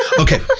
okay.